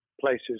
places